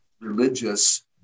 religious